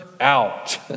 out